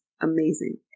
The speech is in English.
amazing